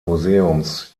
museums